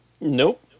Nope